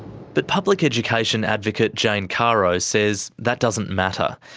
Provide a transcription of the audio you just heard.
but public education advocate jane caro says that doesn't matter.